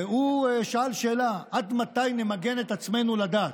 והוא שאל שאלה: עד מתי נמגן את עצמנו לדעת?